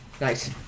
Nice